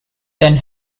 than